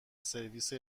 سرویس